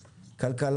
כלכלה,